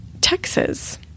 Texas